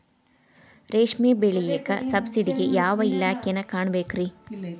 ರೇಷ್ಮಿ ಬೆಳಿಯಾಕ ಸಬ್ಸಿಡಿಗೆ ಯಾವ ಇಲಾಖೆನ ಕಾಣಬೇಕ್ರೇ?